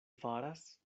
faras